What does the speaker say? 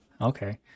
Okay